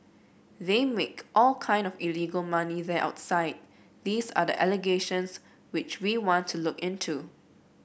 they make all kind of illegal money there outside these are the allegations which we want to look into